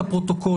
לפני.